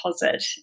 deposit